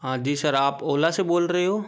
हाँ जी सर आप ओला से बोल रहे हो